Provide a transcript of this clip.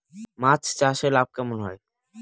মাছ চাষে লাভ কেমন হয়?